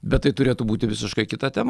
bet tai turėtų būti visiškai kita tema